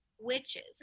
Witches